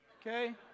okay